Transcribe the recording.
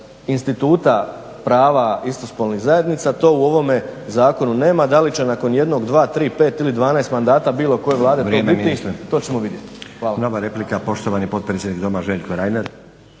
instituta prava istospolnih zajednica, to u ovome zakonu nema, da li će nakon 1, 2, 3, 5 ili 12 mandata bilo koje Vlade to biti, to ćemo vidjeti. Hvala. **Stazić, Nenad (SDP)** Nova replika, poštovani potpredsjednik Doma, Željko Reiner.